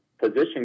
position